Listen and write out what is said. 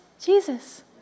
Jesus